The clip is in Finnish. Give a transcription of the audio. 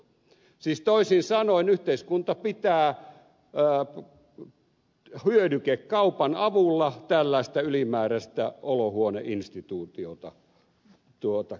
siis toisin sanoen yhteiskunta pitää hyödykekaupan avulla tällaista ylimääräistä olohuoneinstituutiota tarjolla